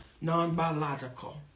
non-biological